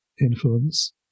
influence